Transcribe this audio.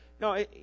No